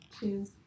Cheers